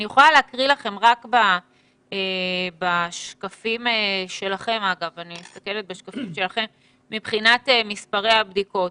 אני יכולה להקריא לכם מהשקפים שלכם מבחינת מספרי הבדיקות.